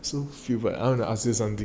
so I want to ask you something